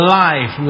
life